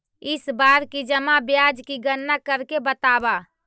इस बार की जमा ब्याज की गणना करके बतावा